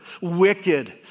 wicked